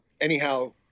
anyhow